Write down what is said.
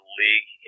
league